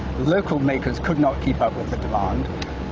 local makers could not keep up with the demand.